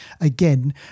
again